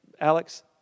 Alex